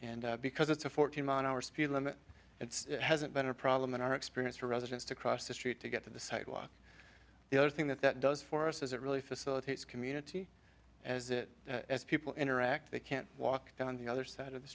and because it's a forty mile an hour speed limit it hasn't been a problem in our experience for residents to cross the street to get to the sidewalk the other thing that that does for us is it really facilitates community as it as people interact they can't walk down the other side of the